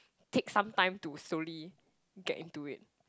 take some time to slowly get into it